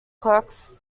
clerics